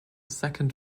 second